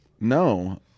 No